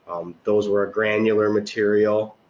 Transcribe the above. those were ah granular material.